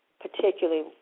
particularly